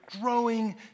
growing